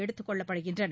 எடுத்துக் கொள்ளப்படுகின்றன